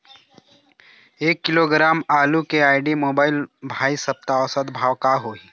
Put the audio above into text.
एक किलोग्राम आलू के आईडी, मोबाइल, भाई सप्ता औसत भाव का होही?